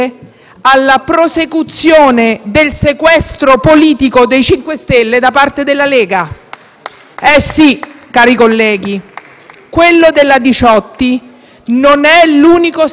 Sì, cari colleghi, quello della Diciotti non è l'unico sequestro che aleggia in quest'Aula. Stiamo assistendo ancora una volta, infatti,